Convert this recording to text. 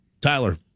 Tyler